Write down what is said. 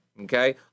okay